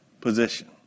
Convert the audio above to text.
position